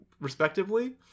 respectively